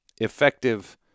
effective